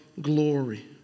glory